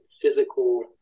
physical